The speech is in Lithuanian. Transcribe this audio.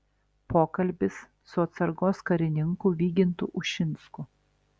pokalbis su atsargos karininku vygintu ušinsku